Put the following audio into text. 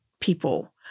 people